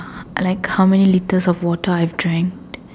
like how many litres of water I drink